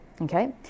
Okay